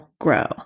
grow